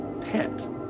pet